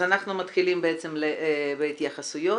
מתחילים בהתייחסויות.